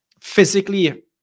physically